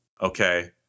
okay